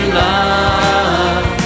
love